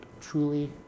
truly